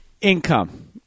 income